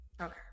Okay